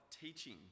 teaching